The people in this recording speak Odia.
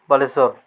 ବାଲେଶ୍ୱର